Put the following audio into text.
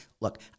look